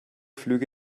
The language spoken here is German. flüge